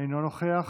אינו נוכח,